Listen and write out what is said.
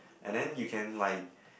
and then you can like